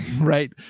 Right